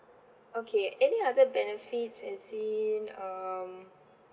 okay any other benefits is in um